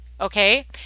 okay